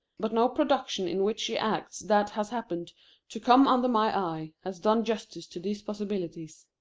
but no production in which she acts that has happened to come under my eye has done justice to these possibilities.